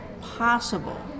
possible